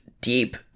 deep